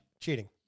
Cheating